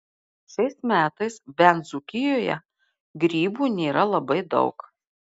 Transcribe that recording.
šiais metais bent dzūkijoje grybų nėra labai daug